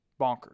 bonkers